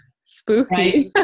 Spooky